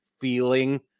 feeling